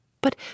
But